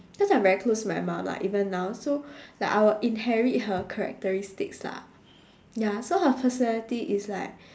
cause I'm very close to my mum lah even now so like I will inherit her characteristics lah ya so her personality is like